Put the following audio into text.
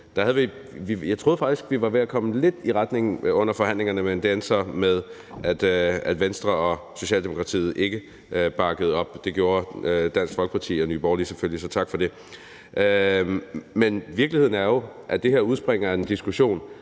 troede jeg faktisk, vi var ved at komme lidt i den retning under forhandlingerne, men det endte så med, at Venstre og Socialdemokratiet ikke bakkede op. Det gjorde Dansk Folkeparti og Nye Borgerlige selvfølgelig, så tak for det. Men virkeligheden er jo, at det her udspringer af en diskussion